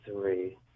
three